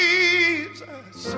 Jesus